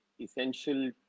essential